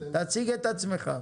תציג את עצמך.